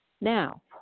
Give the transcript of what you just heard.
Now